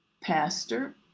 pastor